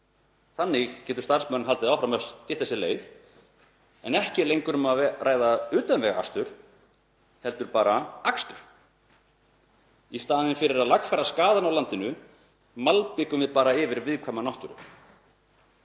Þannig getur starfsmaðurinn haldið áfram að stytta sér leið en ekki er lengur um að ræða utanvegaakstur heldur bara akstur. Í staðinn fyrir að lagfæra skaðann á landinu malbikum við bara yfir viðkvæma náttúru.